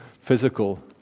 physical